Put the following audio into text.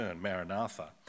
Maranatha